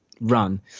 run